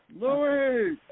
Louis